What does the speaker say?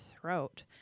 throat